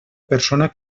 personal